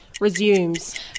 resumes